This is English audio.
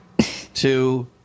two